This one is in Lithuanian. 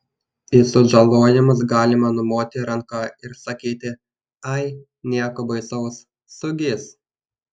į sužalojimus galima numoti ranka ir sakyti ai nieko baisaus sugis